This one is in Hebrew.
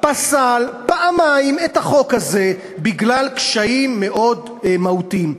פסל פעמיים את החוק הזה בגלל קשיים מאוד מהותיים.